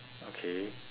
okay